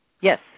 Yes